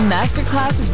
Masterclass